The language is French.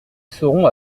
serons